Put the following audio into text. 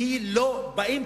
לא בשמו אישית,